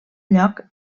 lloc